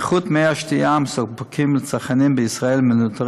איכות מי השתייה המסופקים לצרכנים בישראל מנוטרת